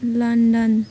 London